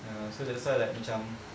uh so that's why like macam